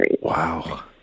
Wow